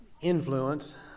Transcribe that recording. influence